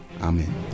Amen